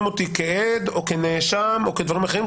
אותי כעד או כנאשם או דברים אחרים.